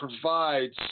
provides